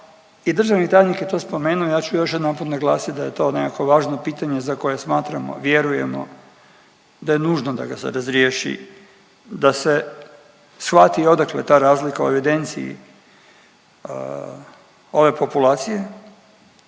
i državni tajnik je to spomenuo, ja ću još jedanput naglasiti da je to nekako važno pitanje za koje smatramo, vjerujemo da je nužno da ga se razriješi da se shvati odakle ta razlika u evidenciji ove populacije